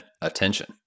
attention